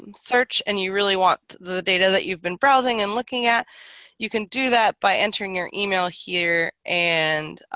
search and you really want the data that you've been browsing and looking at you can do that by entering your email here and